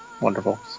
wonderful